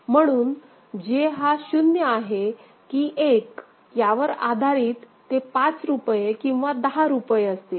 म्हणून J हा 0 आहे कि 1 यावर आधारित ते 5 रुपये किंवा 10 रुपये असतील